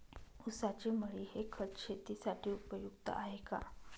ऊसाची मळी हे खत शेतीसाठी उपयुक्त आहे का?